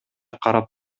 карап